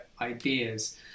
ideas